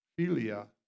philia